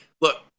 look